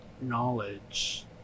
knowledge